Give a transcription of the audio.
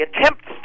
attempts